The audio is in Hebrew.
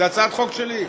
זו הצעת חוק שלי.